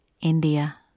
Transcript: India